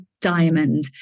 Diamond